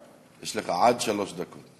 יש לך עד שלוש דקות.